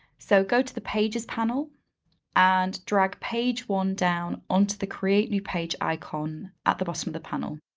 so go to the pages panel and drag page one down onto the create new page icon at the bottom of the panel.